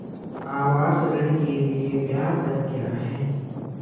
आवास ऋण के लिए ब्याज दर क्या हैं?